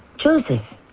Joseph